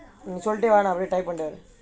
இது:ithu okay வா:vaa